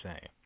say